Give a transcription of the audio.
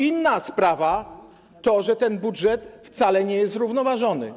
Inna sprawa to taka, że ten budżet wcale nie jest zrównoważony.